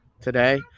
today